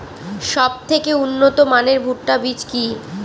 সবথেকে উন্নত মানের ভুট্টা বীজ কি?